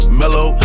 mellow